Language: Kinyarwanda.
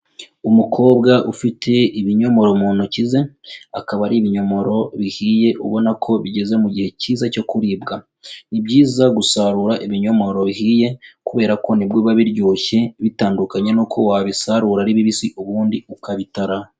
Umukobwa ufite ibinyomoro mu ntoki ze, akaba ari ibinyomoro bihiye ubona ko bigeze mu gihe cyiza cyo kuribwa, ni byiza gusarura ibinyomoro bihiye kubera ko nibwo biba biryoshye bitandukanye n'uko wabisarura ari bibisi ubundi ukabitara.